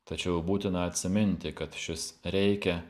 tačiau būtina atsiminti kad šis reikia